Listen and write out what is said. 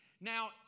Now